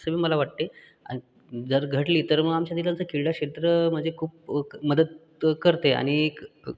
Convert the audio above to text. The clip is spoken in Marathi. असं बी मला वाटते अन् जर घडली तर मग आमच्या तिथंलंच क्रीडाक्षेत्र म्हणजे खूप मदत करते आणि एक